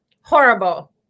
Horrible